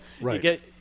Right